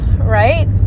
right